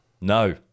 no